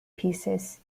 pieces